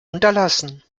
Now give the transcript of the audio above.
unterlassen